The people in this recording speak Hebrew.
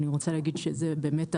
אני רוצה להגיד שזה באמת,